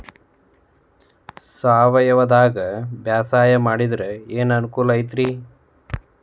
ಸಾವಯವದಾಗಾ ಬ್ಯಾಸಾಯಾ ಮಾಡಿದ್ರ ಏನ್ ಅನುಕೂಲ ಐತ್ರೇ?